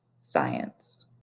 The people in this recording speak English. science